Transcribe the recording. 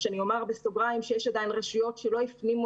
שאני אומר בסוגריים שיש עדיין רשויות שלא הפנימו